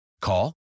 Call